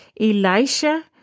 Elisha